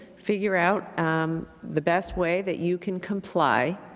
figure out the best way that you can comply.